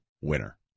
Winner